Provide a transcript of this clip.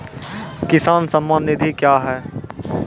किसान सम्मान निधि क्या हैं?